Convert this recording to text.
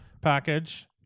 package